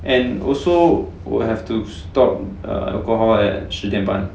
and also will have to stop err alcohol at 十点半